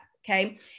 Okay